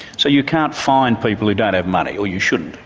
so you can't fine people who don't have money, or you shouldn't.